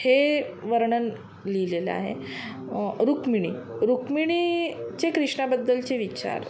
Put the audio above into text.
हे वर्णन लिहिलेलं आहे रुक्मिणी रुक्मिणीचे कृष्णाबद्दलचे विचार